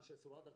מה שעשו עד כה.